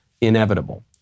inevitable